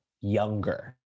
younger